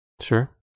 Sure